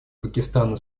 пакистана